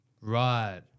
Right